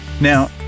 Now